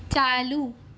چالو